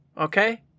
okay